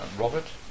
Robert